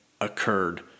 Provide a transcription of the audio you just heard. occurred